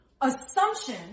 assumption